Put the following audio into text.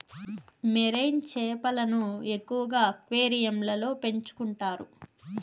marine చేపలను ఎక్కువగా అక్వేరియంలలో పెంచుకుంటారు